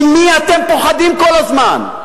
ממי אתם פוחדים כל הזמן?